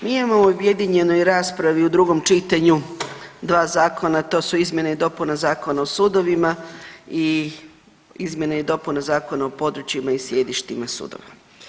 Mi imamo u objedinjenoj raspravi u drugom čitanju dva zakona, a to su izmjene i dopune Zakona o sudovima i izmjene i dopune Zakona o područjima i sjedištima sudova.